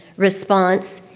response,